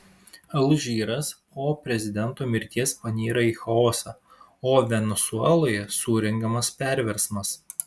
alžyras po prezidento mirties panyra į chaosą o venesueloje surengiamas perversmas